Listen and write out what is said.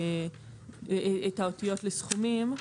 את האותיות לסכומים.